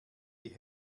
die